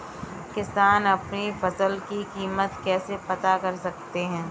किसान अपनी फसल की कीमत कैसे पता कर सकते हैं?